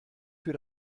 für